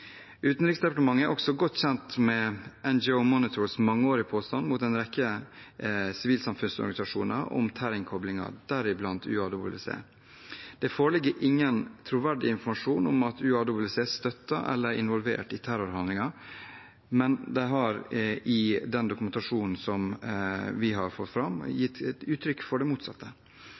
Utenriksdepartementet er også godt kjent med NGO Monitors mangeårige påstander mot en rekke sivilsamfunnsorganisasjoner om terrorkoblinger, deriblant UAWC. Det foreligger ingen troverdig informasjon om at UAWC støtter eller er involvert i terrorhandlinger, men de har i den dokumentasjonen som vi har fått fram, gitt uttrykk for det motsatte.